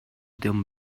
them